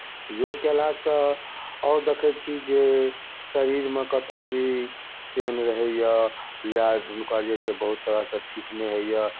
योग कयलासँ आओर देखै छी जे शरीरमे कतहु भी पेन रहैए या हुनकर जे छै बहुत तरहसँ ठीक नहि होइए